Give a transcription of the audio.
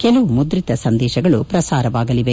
ಕೆಲವು ಮುದ್ರಿತ ಸಂದೇಶಗಳು ಪ್ರಸಾರವಾಗಲಿದೆ